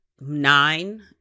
nine